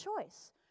choice